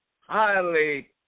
highly